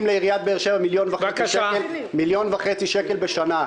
לעיריית באר שבע 1.5 מיליון שקל בשנה.